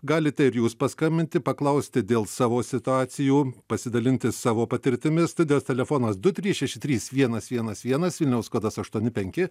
galite ir jūs paskambinti paklausti dėl savo situacijų pasidalinti savo patirtimi studijos telefonas du trys šeši trys vienas vienas vienas vilniaus kodas aštuoni penki